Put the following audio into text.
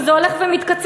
וזה הולך ומתקצר,